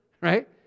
right